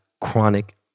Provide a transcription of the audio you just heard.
chronic